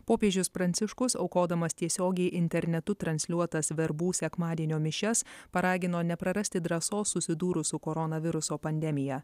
popiežius pranciškus aukodamas tiesiogiai internetu transliuotas verbų sekmadienio mišias paragino neprarasti drąsos susidūrus su koronaviruso pandemija